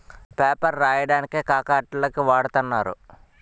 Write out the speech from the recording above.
paper రాయడానికే కాక అట్టల కి వాడతన్నారు